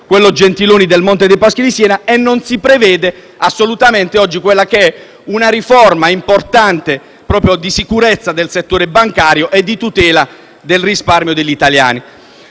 decreto Gentiloni Silveri sul Monte dei Paschi di Siena. Non si prevede assolutamente, oggi, quella che è una riforma importante, proprio di sicurezza del settore bancario e di tutela del risparmio degli italiani.